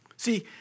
See